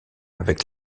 avec